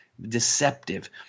Deceptive